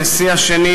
הנשיא השני,